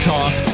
Talk